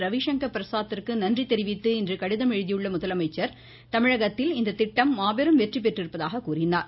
ரவிசங்கர் பிரசாத்திற்கு நன்றி தெரிவித்து இன்று கடிதம் எழுதியுள்ள முதலமைச்சர் தமிழகத்தில் இந்த திட்டம் மாபெரும் வெற்றி பெற்றுள்ளதாக கூறினார்